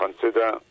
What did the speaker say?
consider